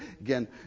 again